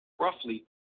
roughly